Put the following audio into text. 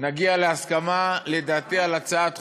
נגיע להסכמה, לדעתי, על הצעת חוק,